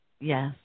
Yes